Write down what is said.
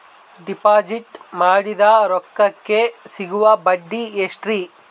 Deposit ಮಾಡಿದ ರೊಕ್ಕಕೆ ಸಿಗುವ ಬಡ್ಡಿ ಎಷ್ಟ್ರೀ?